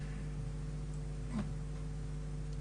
בתחום סמכותם, לפעול בנושא של הדין המשמעתי ולסדר